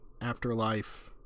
afterlife